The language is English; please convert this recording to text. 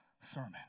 sermon